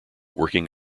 working